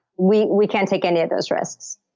we we can't take any of those risks.